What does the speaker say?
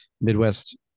midwest